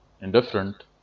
indifferent